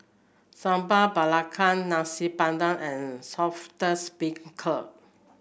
Sambal Belacan Nasi Padang and Saltish Beancurd